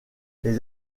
les